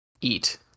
eat